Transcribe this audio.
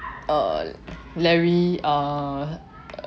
uh larry uh